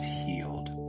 healed